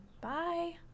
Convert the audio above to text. Bye